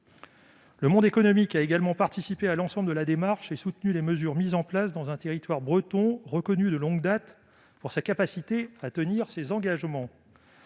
Le monde économique a également participé à l'ensemble de cette démarche et soutenu les mesures mises en place sur un territoire breton reconnu de longue date pour sa capacité à tenir ses engagements.